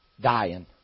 dying